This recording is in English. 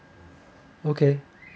okay